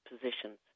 positions